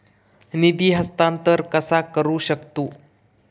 निधी हस्तांतर कसा करू शकतू?